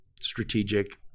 strategic